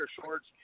shorts